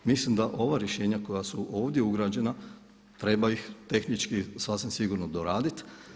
Mislim da ova rješenja koja su ovdje ugrađena treba ih tehnički sasvim sigurno doraditi.